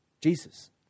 Jesus